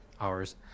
hours